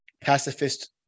pacifist